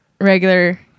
regular